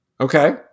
okay